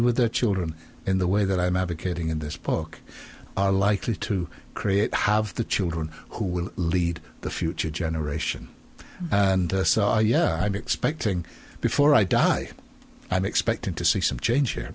with their children in the way that i'm advocating in this book are likely to create have the children who will lead the future generation and so i yeah i'm expecting before i die i'm expecting to see some change